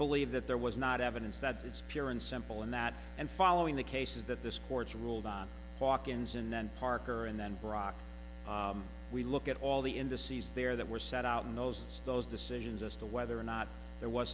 believe that there was not evidence that it's pure and simple and that and following the cases that this court ruled on hawkins and then parker and then brock we look at all the indices there that were set out in those those decisions as to whether or not there was